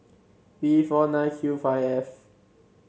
V four nine Q five F